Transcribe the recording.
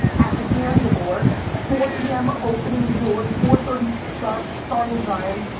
at the gansevoort. that's right. four p m. opening the doors, four thirty sharp starting time.